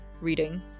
reading